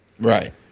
right